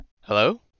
Hello